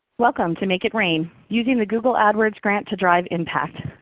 welcome to make it rain using the google adwords grant to drive impact.